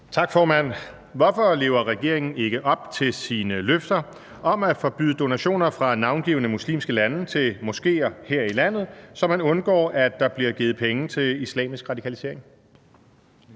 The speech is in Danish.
Tak, formand. Hvorfor lever regeringen ikke op til sine løfter om at forbyde donationer fra navngivne muslimske lande til moskéer her i landet, så man undgår, at der bliver givet penge til islamisk radikalisering?